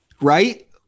right